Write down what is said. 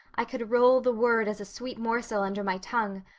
i could roll the word as a sweet morsel under my tongue.